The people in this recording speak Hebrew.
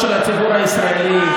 אל תדאג,